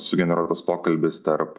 sugeneruotas pokalbis tarp